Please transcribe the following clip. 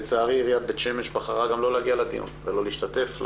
לצערי עיריית בית שמש בחרה לא להגיע לדיון ולא להשתתף בו